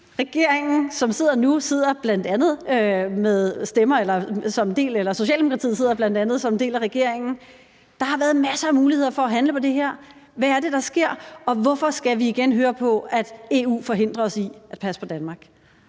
behandlet i 2015-16? Der er gået mange år siden, og Socialdemokratiet sidder bl.a. som en del af regeringen. Der har været masser af muligheder for at handle på det her. Hvad er det, der sker? Og hvorfor skal vi igen høre på, at EU forhindrer os i at passe på Danmark?